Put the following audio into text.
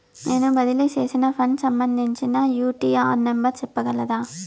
నేను బదిలీ సేసిన ఫండ్స్ సంబంధించిన యూ.టీ.ఆర్ నెంబర్ సెప్పగలరా